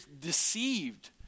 deceived